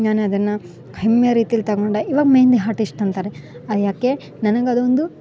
ನಾನು ಅದನ್ನ ಹೆಮ್ಮೆ ರೀತೀಲಿ ತಗೊಂಡೆ ಇವಾಗ ಮೆಹೆಂದಿ ಹಾರ್ಟಿಸ್ಟ್ ಅಂತಾರೆ ಯಾಕೆ ನನಗ ಅದೊಂದು